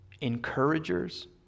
encouragers